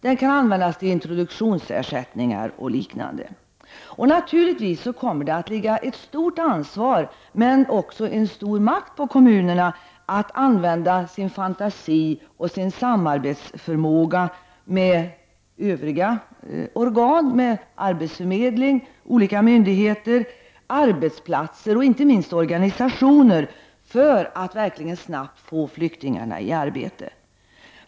De kan användas till introduktionsersättning och liknande. Naturligtvis kommer det att ligga ett stort ansvar på kommunerna men också en stor makt när det gäller att använda sin fantasi och sin samarbetsförmåga med övriga organ — arbetsförmedling, olika myndigheter, arbetsplatser och inte minst organisationer — för att verkligen snabbt få flyktingarna i arbete.